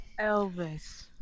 Elvis